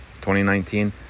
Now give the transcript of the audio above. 2019